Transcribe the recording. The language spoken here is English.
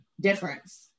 difference